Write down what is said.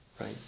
right